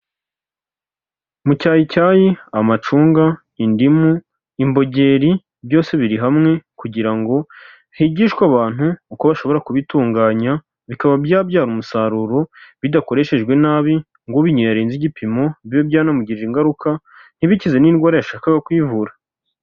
Mucyayicyayi, amacunga, indimu, imbogeri, byose biri hamwe kugira ngo higishwe abantu uko bashobora kubitunganya bikaba byabyara umusaruro bidakoreshejwe nabi ngo ubinyoye arenze igipimo, bibe byanamugirira ingaruka ntibikize n'indwara yashakaga kwivura.